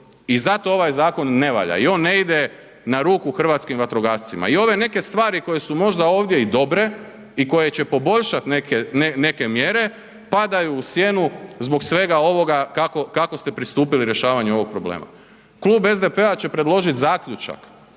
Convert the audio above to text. i zato ovaj zakon ne valja i on ne ide na ruku hrvatskim vatrogascima i ove neke stvari koje su možda ovdje i dobre i koje će poboljšat neke mjere padaju u sjenu zbog svega ovoga kako, kako ste pristupili rješavanju ovog problema. Klub SDP-a će predložit zaključak